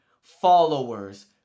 followers